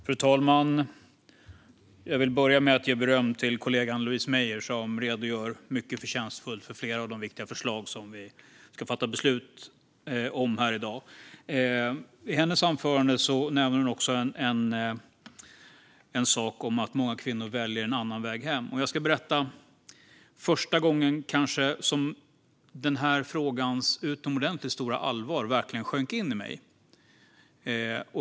Fru talman! Jag vill börja med att ge beröm till kollegan Louise Meijer som redogör mycket förtjänstfullt för flera av de viktiga förslag som vi ska fatta beslut om här i dag. I sitt anförande nämner hon också att många kvinnor väljer en annan väg hem. Jag ska berätta om den kanske första gången som frågans utomordentligt stora allvar verkligen sjönk in i mig.